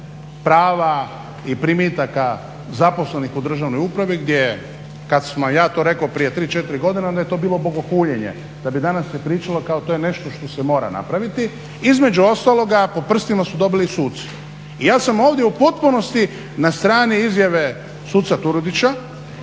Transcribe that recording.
prava i primitaka zaposlenih u državnoj upravi, gdje kad sam ja to rekao prije tri, četiri godine onda je to bilo bogohuljenje, da bi danas se pričalo kao to je nešto što se mora napraviti. Između ostaloga po prstima su dobili i suci. I ja sam ovdje u potpunosti na strani izjave suca Turudića,